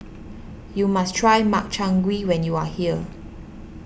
you must try Makchang Gui when you are here